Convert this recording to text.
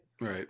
Right